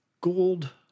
gold